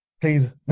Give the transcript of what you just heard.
please